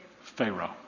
Pharaoh